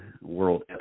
World